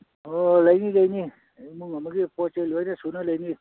ꯑꯣ ꯂꯩꯅꯤ ꯂꯩꯅꯤ ꯏꯃꯨꯡ ꯑꯃꯒꯤ ꯄꯣꯠ ꯆꯩ ꯂꯣꯏꯅ ꯁꯨꯅ ꯂꯩꯅꯤ